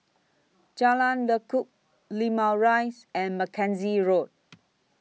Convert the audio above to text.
Jalan Lekub Limau Rise and Mackenzie Road